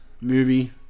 movie